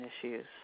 issues